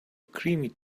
creamy